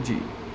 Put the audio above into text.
ਜੀ